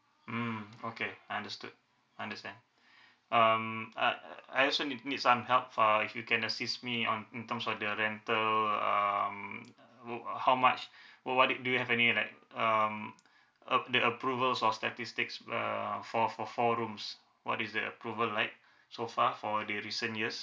mm okay understood understand um I I also need need some help uh if you can assist me on in terms of the rental um wo~ uh how much what what did do you have any like um uh the approval of statistics err for four four rooms what is the approval like so far for the recent years